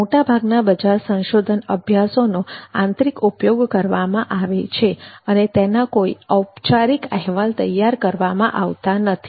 મોટાભાગના બજાર સંશોધન અભ્યાસોનો આંતરિક ઉપયોગ કરવામાં આવે છે અને તેના કોઈ ઔપચારિક અહેવાલ તૈયાર કરવામાં આવતા નથી